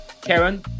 karen